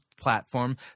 Platform